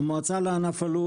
(הצגת מצגת) המועצה לענף הלול